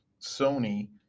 Sony